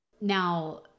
now